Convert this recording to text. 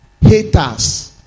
Haters